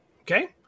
Okay